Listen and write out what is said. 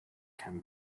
can